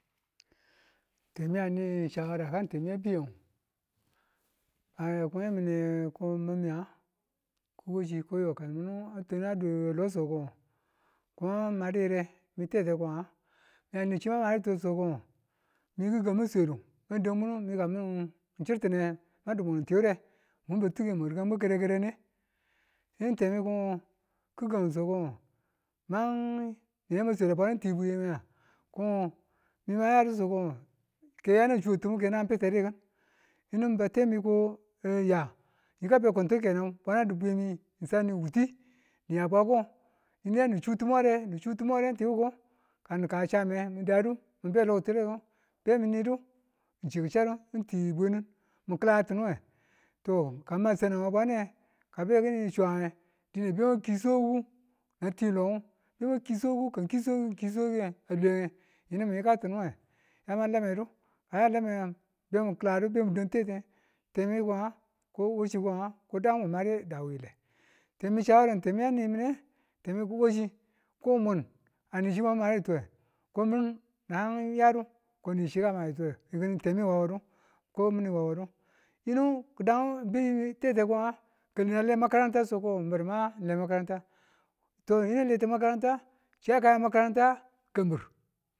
Temi a ni shawara kan ngu temi a bi̱ya a ya ko nge mine ko wachi yo kalmun a twanan a duwe lo so ko ngo ko ma madu yi̱re me tete ko nga mi ane chi ma madetuwe ko ngo mi gi̱gang maswedu ma dang munu, mika mi̱n chirti̱ne madu mwan tiwure? mun batuke mwan tuga mwa karakarane. Yinu temi ko ngo kikan ngu so ko ngo ne yama sweda bwanuti bwiyemiya? ko ngo mi mayadiso ko ngo keyanan suwe ti̱mu nan betedu ki̱n, yi̱nu batemi ko ya. Miyika bekuntin kenan ko bwana di̱ bwiyemiye ng sani butiye niya bwako yinu yanu shutimu ware ni chutimu ware tiwuko kanika cham me nidadu nibe lo ki̱tulekin be mi nidu chi kicha du ti bwenin mi̱ ki̱lati̱nu we. To ka ng ma sanang ngu we bwane ka ng be ki̱ni̱ chuwannge dine be ma kii swakiku na twi lo yama ki swakikung ka ng ki swakiku nge, ka a lwe nge yinu mi yika tunuwe yama lame di̱ ka ng yang lame, bemi kịladu be mi̱ dan tete temi ko nga ko wachi ko nga ko dawu mu made da wile temi shawara temi ani mine temi ko wachi ko mun ane chi mwan madetuwe komin na yadu ane shi ka mayetuwee ko mini temi wawwadu ko minu wawwadu yinu ki̱ dan ngu beyi tete ko nga kalnin mu ale makaranta so ko ngo mibadu mwa le makaranta to yinu n leti makaranta chi a kaya makaranta kambir.